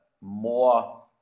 more